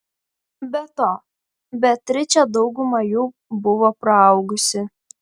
be to beatričė daugumą jų buvo praaugusi